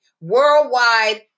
worldwide